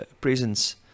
presence